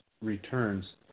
returns